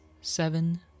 seven